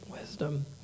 Wisdom